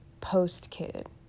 Post-kid